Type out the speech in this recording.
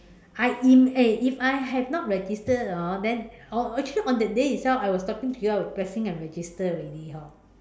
I imm~ eh if I had not registered orh then on actually on that day itself I was talking to you I was pressing and registered already hor